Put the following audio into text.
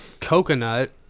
coconut